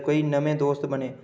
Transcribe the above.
कोई नमें दोस्त बने